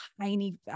tiny